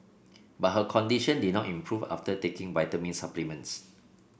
but her condition did not improve after taking vitamin supplements